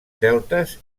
celtes